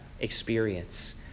experience